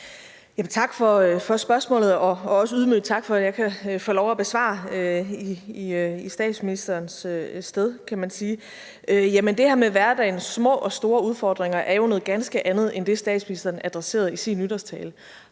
Tak for spørgsmålet, og også ydmygt tak for, at jeg kan få lov at besvare i statsministerens sted, kan man sige. Det her med hverdagens små og store udfordringer er jo noget ganske andet end det, statsministeren adresserede i sin nytårstale.